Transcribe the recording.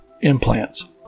implants